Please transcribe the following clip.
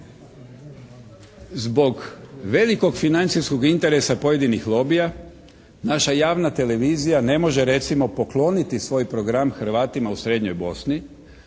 Zbog velikog financijskog interesa pojedinih lobija, naša javna televizija ne može recimo pokloniti svoj program Hrvatima u srednjoj Bosni